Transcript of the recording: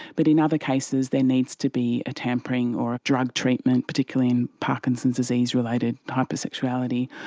but in other cases there needs to be a tampering or a drug treatment, particularly in parkinson's disease related hypersexuality,